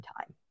time